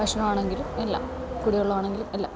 ഭക്ഷണം ആണെങ്കിലും എല്ലാം കുടിവെള്ളം ആണെങ്കിലും എല്ലാം